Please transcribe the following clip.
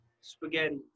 Spaghetti